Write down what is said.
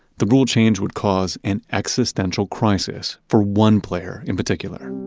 the rule change would cause an existential crisis for one player in particular,